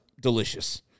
delicious